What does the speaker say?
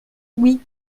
oui